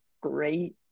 great